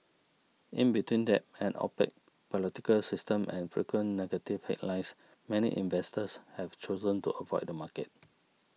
in between debt an opaque political system and frequent negative headlines many investors have chosen to avoid the market